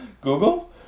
Google